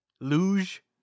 Luge